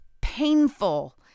painful